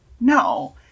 no